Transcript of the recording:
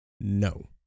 No